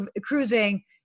cruising